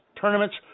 tournaments